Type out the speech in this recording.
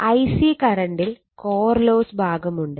Ic കറണ്ടിൽ core loss ഭാഗമുണ്ട്